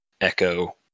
echo